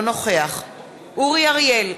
אינו נוכח אורי אריאל,